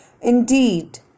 Indeed